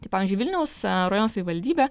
tai pavyzdžiui vilniaus rajono savivaldybė